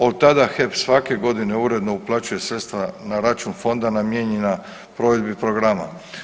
Od tada HEP svake godine uredno uplaćuje sredstva na račun fonda namijenjena provedbi programa.